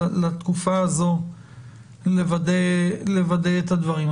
לתקופה הזאת לוודא את הדברים.